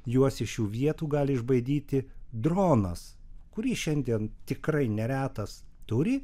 juos iš šių vietų gali išbaidyti dronas kurį šiandien tikrai neretas turi